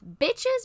bitches